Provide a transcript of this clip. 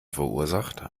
verursacht